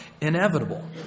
inevitable